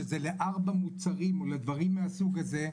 שזה לארבעה מוצרים או דברים מהסוג הזה,